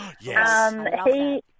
Yes